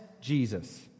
Jesus